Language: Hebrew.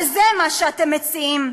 וזה מה שאתם מציעים,